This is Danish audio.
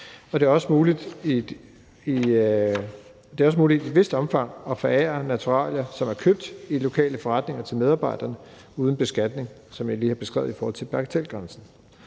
det er også muligt i et vist omfang at forære naturalier, som er købt i lokale forretninger, til medarbejderne uden beskatning, som jeg lige har beskrevet i forhold til bagatelgrænsen.